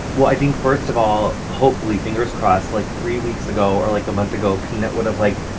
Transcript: well, i think, first of all hopefully, fingers crossed like, three weeks ago or, like, a month ago, peanut would've, like,